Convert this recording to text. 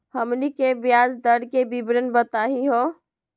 हमनी के ब्याज दर के विवरण बताही हो?